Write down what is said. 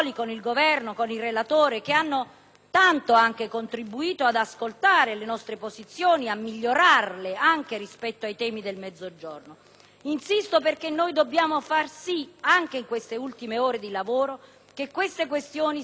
tanto hanno contribuito ad ascoltare le nostre posizioni e a migliorarle rispetto ai temi del Mezzogiorno. Insisto al riguardo perché bisogna fare in modo, anche in queste ultime ore di lavoro, che tali questioni siano al centro della nostra attenzione.